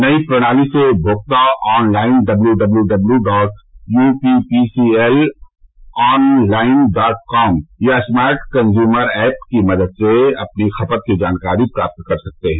नई प्रणाली से उपभोक्ता online WWW dot UPPCL online dot com या स्मार्ट कंज्यूमर एप की मदद से अपनी खपत की जानकारी प्राप्त कर सकते हैं